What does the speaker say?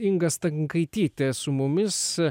inga stankaitytė su mumis